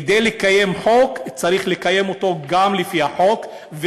כדי לקיים חוק צריך גם לקיים אותו לפי החוק,